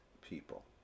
people